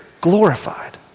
glorified